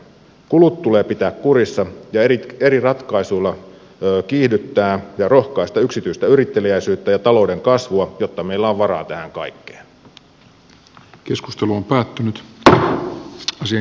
kulut tulee pitää kurissa ja eri ratkaisuilla kiihdyttää ja rohkaista yksityistä yritteliäisyyttä ja talouden kasvua jotta meillä on varaa tähän kaikkeen